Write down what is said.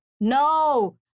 No